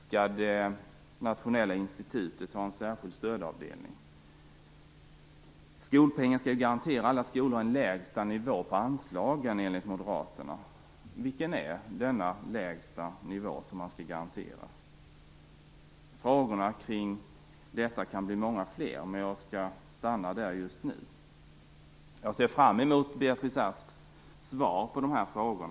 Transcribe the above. Skall det nationella institutet ha en särskild stödavdelning? Skolpengen skall garantera alla skolor en lägsta nivå på anslagen, enligt Moderaterna. Vilken är denna lägsta nivå som man skall garantera? Frågorna kring detta kan bli många fler, men jag skall stanna där just nu. Jag ser fram emot Beatrice Asks svar på dessa frågor.